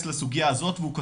מתייחס לסוגייה הזאת והוא כותב: